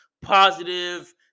positive